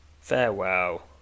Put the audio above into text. farewell